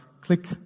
click